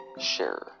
Share